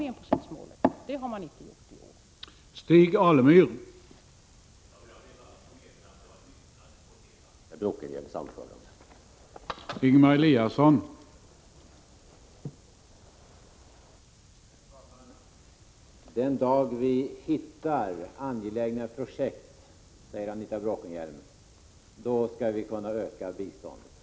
Men det har man inte gjort i år.